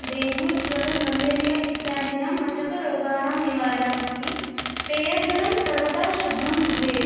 डेङ्गूज्वरमलेरिया इत्यादीनां मशकरोगाणां निवारणमस्ति पेयजलं सर्वदा शुद्धं भवेत्